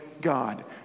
God